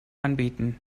anbieten